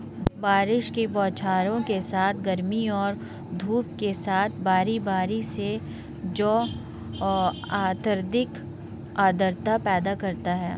बारिश की बौछारों के साथ गर्मी और धूप के साथ बारी बारी से जो अत्यधिक आर्द्रता पैदा करता है